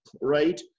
right